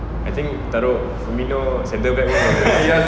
I think taruk semedo centre back pun boleh